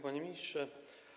Panie Ministrze!